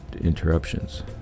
interruptions